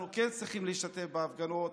אנחנו כן צריכים להשתתף בהפגנות,